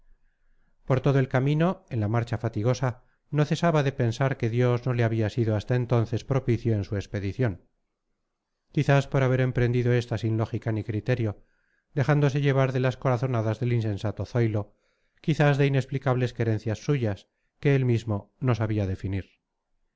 por todo el camino en la marcha fatigosa no cesaba de pensar que dios no le había sido hasta entonces propicio en su expedición quizás por haber emprendido esta sin lógica ni criterio dejándose llevar de las corazonadas del insensato zoilo quizás de inexplicables querencias suyas que él mismo no sabía definir